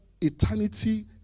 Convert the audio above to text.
eternity